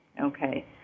Okay